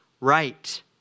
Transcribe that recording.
right